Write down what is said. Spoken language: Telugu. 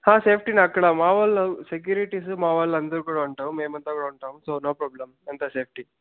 హా సేఫ్టీనే అక్కడ మావాళ్ళు సెక్యూరిటీస్ మావాళ్ళు అందరూ కూడా ఉంటాము మేం అంతా కూడా ఉంటాం సో నో ప్రాబ్లమ్ అంతా సేఫ్టీ